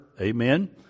Amen